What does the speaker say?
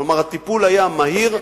כלומר הטיפול היה מהיר,